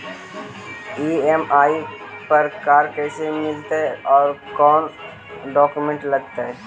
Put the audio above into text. EMI पर car कैसे मिलतै औ कोन डाउकमेंट लगतै?